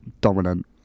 dominant